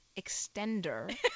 extender